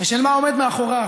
ושל מה שעומד מאחוריו,